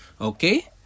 okay